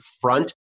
front